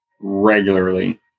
regularly